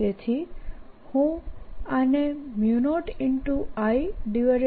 તેથી હું આને 0I4πdl|r r|